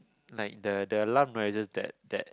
like the the alarm noises that that